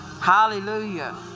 Hallelujah